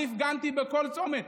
אני הפגנתי בכל צומת